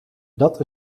dat